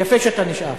יפה שאתה נשאר.